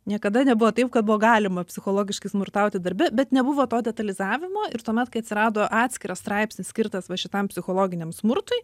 niekada nebuvo taip kad buvo galima psichologiškai smurtauti darbe bet nebuvo to detalizavimo ir tuomet kai atsirado atskiras straipsnis skirtas va šitam psichologiniam smurtui